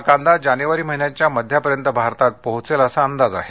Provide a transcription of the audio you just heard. हा कांदा जानेवारी महिन्याच्या मध्यापर्यंत भारतात पोचेल असा अंदाज आहे